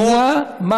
זאת הפנייה.